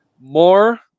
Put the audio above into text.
more